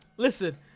Listen